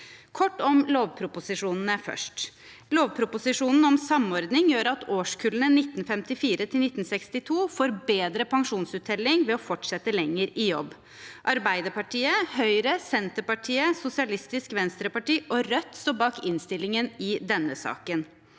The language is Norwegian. Kort om lovproposisjonene først: Lovproposisjonen om samordning gjør at årskullene 1954–1962 får bedre pensjonsuttelling ved å fortsette lenger i jobb. Arbeiderpartiet, Høyre, Senterpartiet, Sosialistisk Venstreparti og Rødt står bak innstillingen i denne saken.